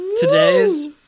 Today's